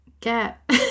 get